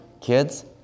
kids